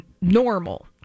normal